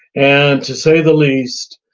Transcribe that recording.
and to say the least,